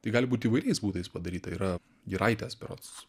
tai gali būt įvairiais būdais padaryta yra giraitės berods